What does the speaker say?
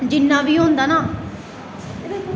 जिन्ना बी होंदा ना